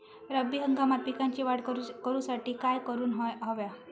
रब्बी हंगामात पिकांची वाढ करूसाठी काय करून हव्या?